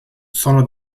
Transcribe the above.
sono